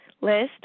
list